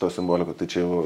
ta simbolika tai čia jau